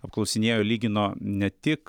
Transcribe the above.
apklausinėjo lygino ne tik